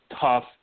tough